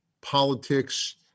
politics